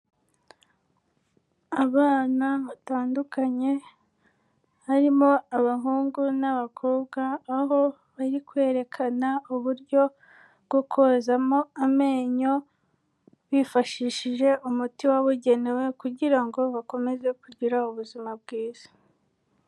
Abana batandukanye, harimo abahungu n'abakobwa, aho bari kwerekana uburyo bwo kozamo amenyo, bifashishije umuti wabugenewe kugira ngo bakomeze kugira ubuzima bwiza.